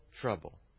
trouble